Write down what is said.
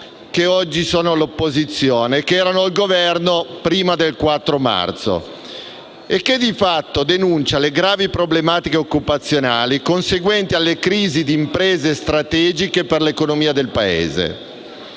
che oggi sono all'opposizione e che erano al Governo prima del 4 marzo. Esso, di fatto, denuncia le gravi problematiche occupazionali conseguenti alle crisi di imprese strategiche per l'economia del Paese: